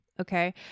Okay